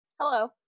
Hello